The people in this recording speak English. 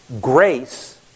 grace